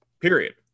period